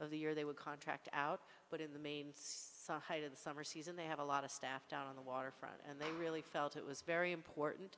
of the year they would contract out but in the summer season they have a lot of staff down on the waterfront and they really felt it was very important